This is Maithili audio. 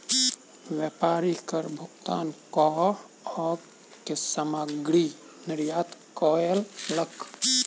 व्यापारी कर भुगतान कअ के सामग्री निर्यात कयलक